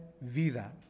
vida